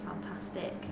fantastic